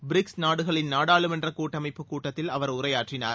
BRICS நாடுகளின் நாடாளுமன்ற கூட்டனமப்பு கூட்டத்தில் அவர் உரையாற்றினார்